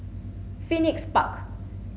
Phoenix Park